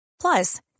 Plus